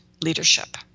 leadership